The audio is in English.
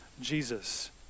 Jesus